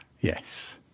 Yes